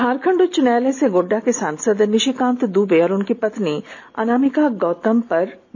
झारखंड उच्च न्यायालय से गोड्डा के सांसद निशिकांत दुबे और उनकी पत्नी अनामिका गौतम पर राहत मिली है